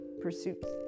pursuits